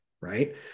right